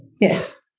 Yes